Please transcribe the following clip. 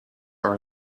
are